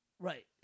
Right